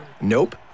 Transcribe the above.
Nope